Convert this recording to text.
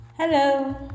Hello